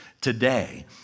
today